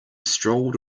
strolled